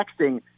texting